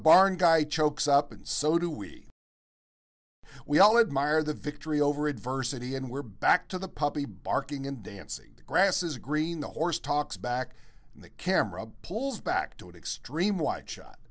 barn guy chokes up and so do we we all admire the victory over adversity and we're back to the puppy barking in dancy the grass is green the horse talks back and the camera pulls back to extreme wide shot